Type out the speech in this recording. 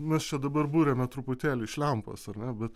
mes čia dabar buriame truputėlį iš lempos ar ne bet